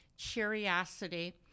curiosity